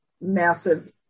massive –